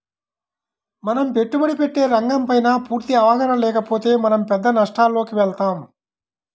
మనం పెట్టుబడి పెట్టే రంగంపైన పూర్తి అవగాహన లేకపోతే మనం పెద్ద నష్టాలలోకి వెళతాం